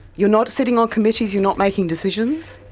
you're not sitting on committees, you're not making decisions?